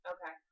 Okay